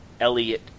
Elliot